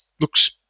looks